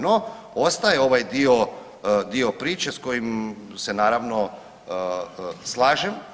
No, ostaje ovaj dio priče s kojim se naravno slažem.